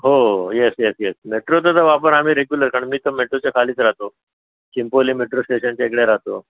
हो हो yes yes yes मेट्रोचा वापर आम्ही रेग्युलर कारण मी तर मेट्रोच्या खालीच राहतो चिंपोली मेट्रो स्टेशनच्या इकडे राहतो